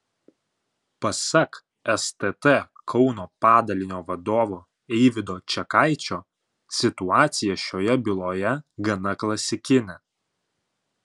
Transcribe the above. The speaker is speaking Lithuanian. pasak stt kauno padalinio vadovo eivydo čekaičio situacija šioje byloje gana klasikinė